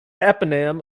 eponym